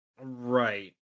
Right